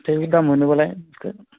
थै दा मोनोबालाय